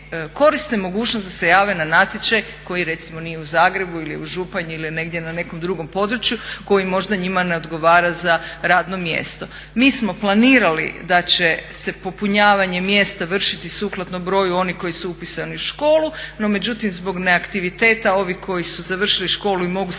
koriste mogućnost da se jave na natječaj koji recimo nije u Zagrebu ili u Županji ili negdje na nekom drugom području koji možda njima ne odgovara za radno mjesto. Mi smo planirali da će se popunjavanje mjesta vršiti sukladno broju onih koji su upisani u školu. No međutim, zbog neaktiviteta ovih koji su završili školu i mogu se